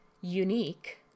unique